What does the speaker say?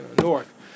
north